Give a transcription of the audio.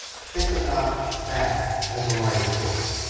think about that as a life choice.